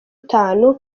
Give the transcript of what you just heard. itanu